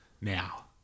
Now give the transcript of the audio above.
Now